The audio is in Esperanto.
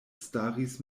staris